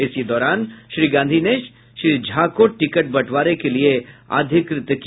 इसी दौरान श्री गांधी ने श्री झा को टिकट बंटवारे के लिये अधिकृत किया